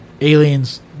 Aliens